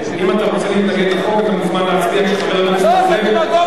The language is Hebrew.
אם אתה רוצה להתנגד לחוק אתה מוזמן להצביע כשחבר הכנסת אורלב,